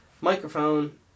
Microphone